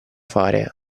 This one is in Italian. fare